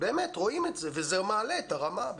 רואים את זה וזה מעלה את הרמה,